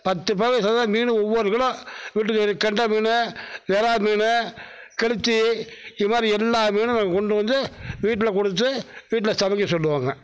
பத்து பயலுக சேர்ந்தா மீன் ஒவ்வொரு கிலோ வீட்டுக்கு கெண்டை மீன் விறால் மீன் கெளுத்தி இது மாதிரி எல்லா மீனும் நாங்கள் கொண்டு வந்து வீட்டில் கொடுத்து வீட்டில் சமைக்க சொல்வோங்க